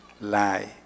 lie